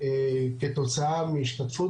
כתוצאה מהשתתפות